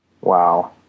Wow